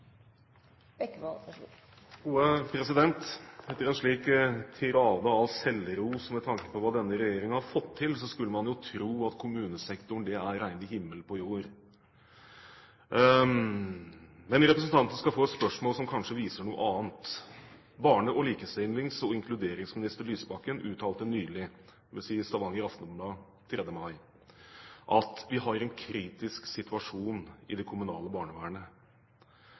Etter en slik tirade av selvros med tanke på hva denne regjeringen har fått til, skulle man jo tro at kommunesektoren er rene himmel på jord. Men representanten skal få et spørsmål som kanskje viser noe annet. Barne-, likestillings- og inkluderingsminister Lysbakken uttalte nylig i Stavanger Aftenblad, dvs. 3. mai: «Vi har en kritisk situasjon i det kommunale barnevernet.»